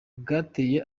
bwateye